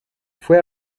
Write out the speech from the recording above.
fue